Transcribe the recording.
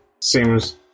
seems